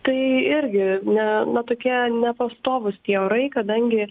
tai irgi ne na tokie nepastovūs tie orai kadangi